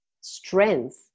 strength